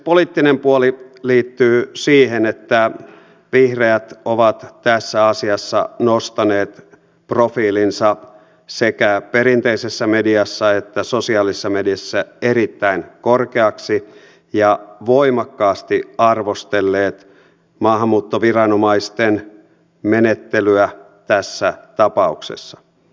poliittinen puoli liittyy siihen että vihreät ovat tässä asiassa nostaneet profiilinsa sekä perinteisessä mediassa että sosiaalisessa mediassa erittäin korkeaksi ja ovat voimakkaasti arvostelleet maahanmuuttoviranomaisten menettelyä tässä tapauksessa